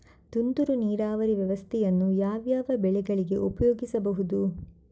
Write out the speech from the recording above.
ತುಂತುರು ನೀರಾವರಿ ವ್ಯವಸ್ಥೆಯನ್ನು ಯಾವ್ಯಾವ ಬೆಳೆಗಳಿಗೆ ಉಪಯೋಗಿಸಬಹುದು?